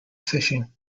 fishing